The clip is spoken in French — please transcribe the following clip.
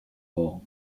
porc